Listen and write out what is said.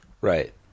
Right